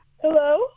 Hello